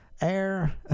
air